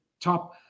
top